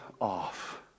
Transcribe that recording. off